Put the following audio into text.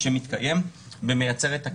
שמתקיים ומייצר את הקשר.